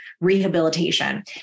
rehabilitation